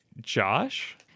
josh